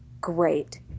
great